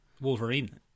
Wolverine